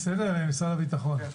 בסדר, משרד הביטחון?